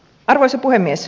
arvoisa puhemies